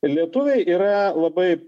lietuviai yra labai